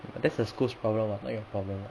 that's the school's problem [what] not your problem [what]